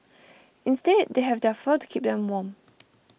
instead they have their fur to keep them warm